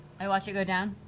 i watch it go down.